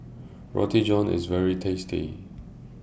Roti John IS very tasty